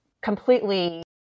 completely